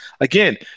again